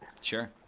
Sure